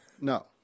No